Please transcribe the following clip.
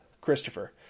Christopher